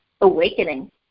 awakening